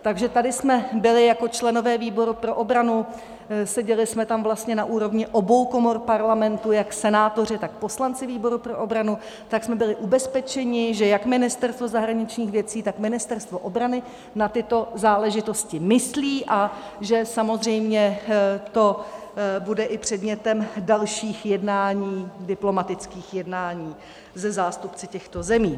Takže tady jsme byli jako členové výboru pro obranu, seděli jsme tam vlastně na úrovni obou komor Parlamentu, jak senátoři, tak poslanci výboru pro obranu, tak jsme byli ubezpečeni, že jak Ministerstvo zahraničních věcí, tak Ministerstvo obrany na tyto záležitosti myslí a že samozřejmě to bude i předmětem i dalších diplomatických jednání se zástupci těchto zemí.